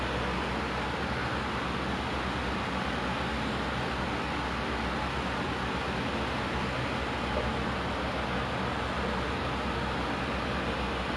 so ya I made the pillows like uh act~ apple like texture so ya it was kinda cool it's cool and for like the second